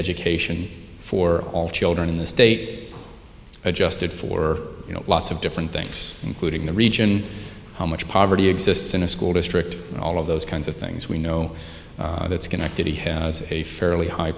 education for all children in the state adjusted for you know lots of different things including the region how much poverty exists in a school district and all of those kinds of things we know that's connected he has a fairly high